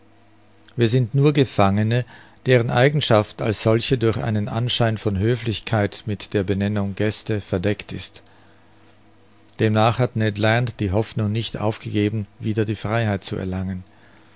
wir sind nur gefangene deren eigenschaft als solche durch einen anschein von höflichkeit mit der benennung gäste verdeckt ist demnach hat ned land die hoffnung nicht aufgegeben wieder die freiheit zu erlangen